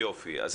בוקר טוב